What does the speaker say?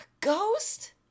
ghost